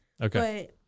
Okay